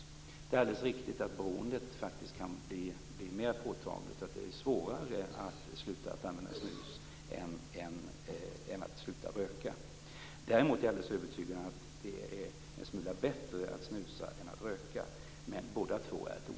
Det är alldeles riktigt att snusberoendet faktiskt kan bli mer påtagligt och att det är svårare att sluta att använda snus än att sluta röka. Däremot är jag alldeles övertygad om att det är en smula bättre att snusa än att röka, men bådadera är ett otyg.